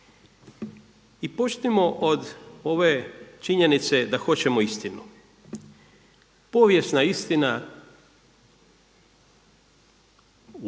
I počnimo od ove činjenice da hoćemo istinu. Povijesna istina moramo